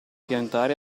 piantare